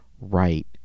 right